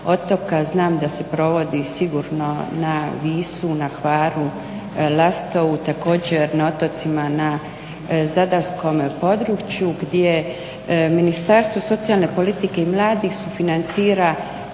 Znam da se provodi sigurno na Visu, na Hvaru, Lastovu, također na otocima na zadarskom području gdje Ministarstvo socijalne politike i mladih sufinancira